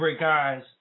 guys